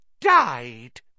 died